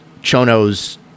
Chono's